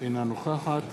אינה נוכחת